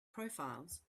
profiles